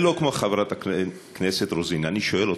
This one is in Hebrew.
שלא כמו חברת הכנסת רוזין, אני שואל אותך: